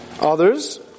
Others